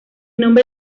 nombre